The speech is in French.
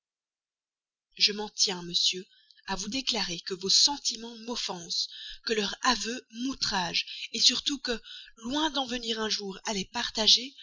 je m'en tiens monsieur à vous déclarer que vos sentiments m'offensent que leur aveu m'outrage surtout que loin d'en venir un jour à les partager